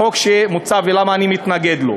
לחוק שמוצע ולמה אני מתנגד לו.